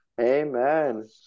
Amen